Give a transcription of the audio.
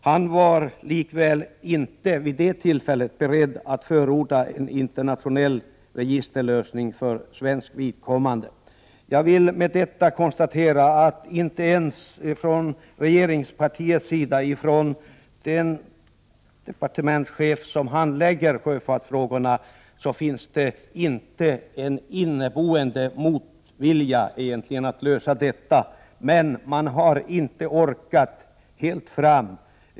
Han var likväl vid det tillfället inte beredd att förorda en internationell registerlösning för svenskt vidkommande. Jag vill med detta konstatera att regeringspartiet och den departementschef som handlägger sjöfartsfrågorna inte hyser en inneboende motvilja mot att lösa dessa problem, men de har inte orkat ända fram.